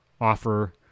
offer